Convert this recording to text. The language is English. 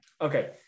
okay